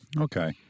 Okay